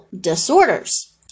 disorders